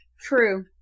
True